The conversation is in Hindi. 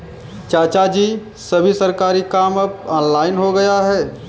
चाचाजी, सभी सरकारी काम अब ऑनलाइन हो गया है